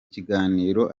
kiganiro